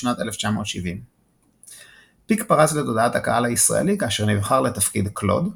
בשנת 1970. פיק פרץ לתודעת הקהל הישראלי כאשר נבחר לתפקיד קלוד,